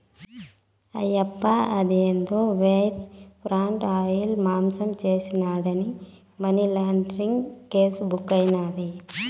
ఆయప్ప అదేందో wire fraud, mail మాసం చేసినాడాని మనీలాండరీంగ్ కేసు బుక్కైనాది